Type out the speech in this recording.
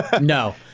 No